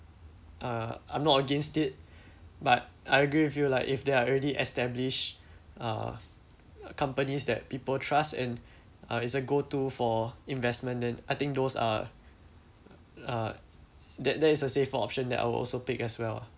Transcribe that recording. uh I'm not against it but I agree with you like if there are already established uh companies that people trust and uh it's a go-to for investment then I think those are uh that that is a safer option that I would also pick as well lah